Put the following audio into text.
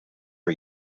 for